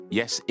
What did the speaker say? yes